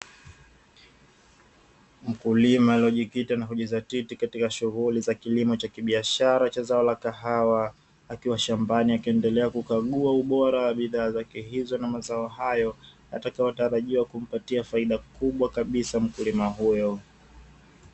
Mkulima aliyejikita na kujidhatiti katika shughuli za kilimo cha kibiashara cha zao la kahawa akiwa shambani, akiendelea kukagua ubora wa bidhaa zake hizo na mazao hayo yatakayotarajiwa kumpatia faida kubwa kabisa mkulima huyo.